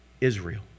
Israel